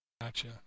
Gotcha